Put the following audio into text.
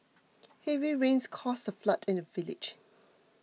heavy rains caused a flood in the village